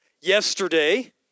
yesterday